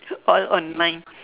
all on mine